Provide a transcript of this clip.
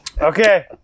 Okay